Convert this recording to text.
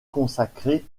consacrer